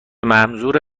منظور